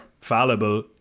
fallible